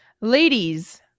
Ladies